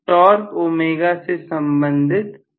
torque ω से संबंधित नहीं है